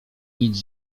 nic